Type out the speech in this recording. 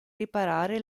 riparare